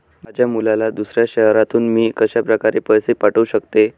माझ्या मुलाला दुसऱ्या शहरातून मी कशाप्रकारे पैसे पाठवू शकते?